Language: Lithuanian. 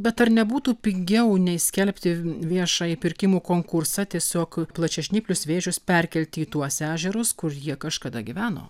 bet ar nebūtų pigiau nei skelbti viešąjį pirkimų konkursą tiesiog plačiažnyplius vėžius perkelti į tuos ežerus kur jie kažkada gyveno